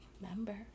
remember